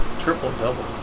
Triple-double